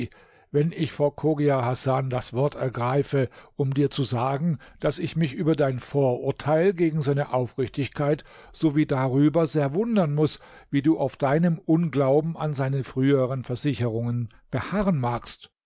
wenn ich vor chogia hasan das wort ergreife um dir zu sagen daß ich mich über dein vorurteil gegen seine aufrichtigkeit sowie darüber sehr wundern muß wie du auf deinem unglauben an seine früheren versicherungen beharren magst